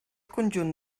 conjunt